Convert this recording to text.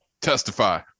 Testify